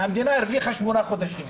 המדינה הרוויחה שמונה חודשים,